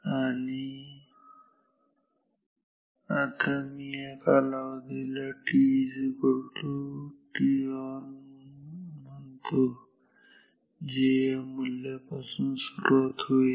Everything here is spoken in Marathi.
आणि आता मी या कालावधीला t ton म्हणू जे या मूल्यापासून सुरुवात होईल